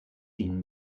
ihnen